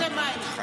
במילואים?